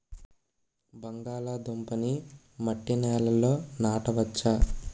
బంగాళదుంప నీ మట్టి నేలల్లో నాట వచ్చా?